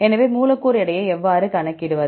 எனவே மூலக்கூறு எடையை எவ்வாறு கணக்கிடுவது